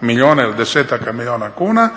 milijuna ili desetaka milijuna kuna,